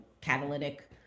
catalytic